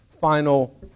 final